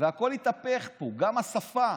והכול התהפך פה, גם השפה,